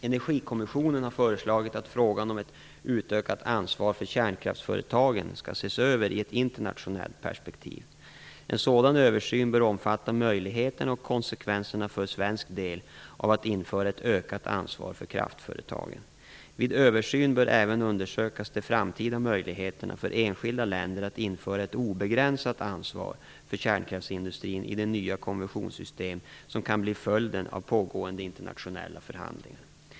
Energikommissionen har föreslagit att frågan om ett utökat ansvar för kärnkraftsföretagen skall ses över i ett internationellt perspektiv. En sådan översyn bör omfatta möjligheterna och konsekvenserna för svensk del av att införa ett ökat ansvar för kraftföretagen. Vid en översyn bör man även undersöka de framtida möjligheterna för enskilda länder att införa ett obegränsat ansvar för kärnkraftsindustrin i det nya konventionssystem som kan bli följden av pågående internationella förhandlingar.